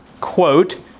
quote